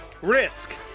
Risk